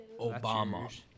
Obama